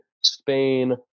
Spain